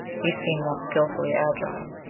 he seemed more skillfully agile.